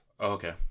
okay